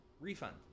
refund